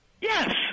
Yes